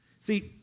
See